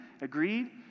Agreed